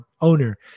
owner